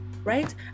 right